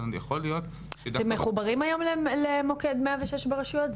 אתם מחוברים היום למוקד 106 ברשויות?